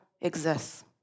exists